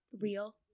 real